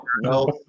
no